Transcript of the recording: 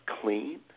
clean